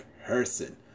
person